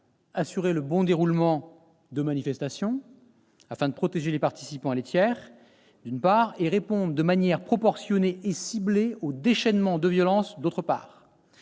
assurer le bon déroulement de manifestations, afin de protéger les participants et les tiers, d'une part, et répondre de manière proportionnée et ciblée au déchaînement de violence, d'autre part.